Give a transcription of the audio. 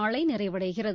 நாளை நிறைவடைகிறது